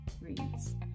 reads